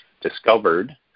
discovered